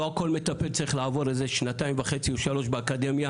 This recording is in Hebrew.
לא כל מטפל צריך לעבור שנתיים וחצי שלוש באקדמיה.